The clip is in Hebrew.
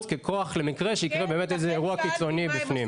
ככוח למקרה שיקרה באמת איזה אירוע קיצוני בפנים.